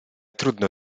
trudno